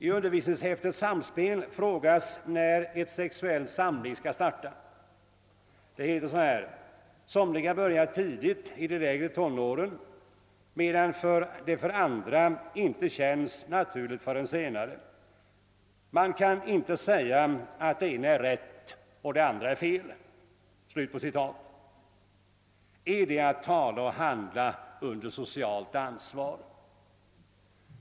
I undervisningshäftet Samspel frågas när ett sexuellt samliv skall starta. Det heter: »Somliga börjar tidigt — i de lägre tonåren — medan det för andra inte känns naturligt förrän senare. Man kan inte säga att det ena är rätt och det andra är fel.» Är detta att tala och handla under socialt ansvar?